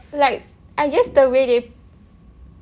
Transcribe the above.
like I guess the way they